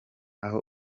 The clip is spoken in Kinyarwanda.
aho